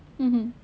mmhmm